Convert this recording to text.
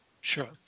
Sure